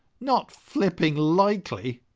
not flipping likely!